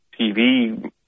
TV